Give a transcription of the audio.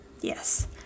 yes